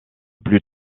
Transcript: plus